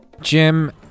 Jim